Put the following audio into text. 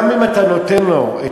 גם אם אתה נותן לו,